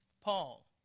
Paul